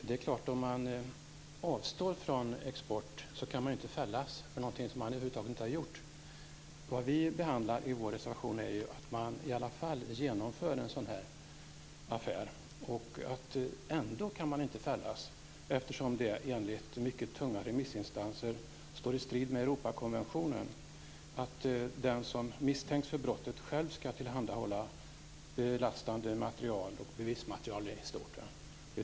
Fru talman! Om man avstår från export kan man inte fällas för något som man över huvud taget inte har gjort. Vad vi behandlar i vår reservation är fall där man genomför en affär men ändå inte kan fällas, eftersom det enligt mycket tunga remissinstanser står i strid med Europakonventionen. Den som misstänks för brott skall själv tillhandahålla belastande material och bevismaterial i stort.